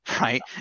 Right